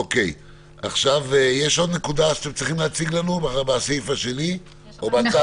יש עוד נקודה שאתם צריכים להציג לנו בסעיף השני או בהצעה?